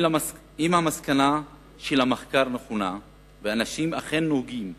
אם המסקנה של המחקר נכונה ואנשים אכן נוהגים